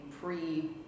pre